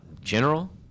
General